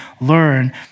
learn